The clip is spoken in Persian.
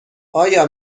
آیا